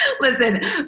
Listen